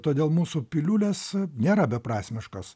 todėl mūsų piliulės nėra beprasmiškos